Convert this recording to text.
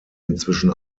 inzwischen